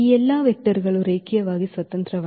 ಈ ಎಲ್ಲಾ ವೆಕ್ಟರ್ ಗಳು ರೇಖೀಯವಾಗಿ ಸ್ವತಂತ್ರವಾಗಿವೆ